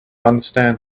understand